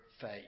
faith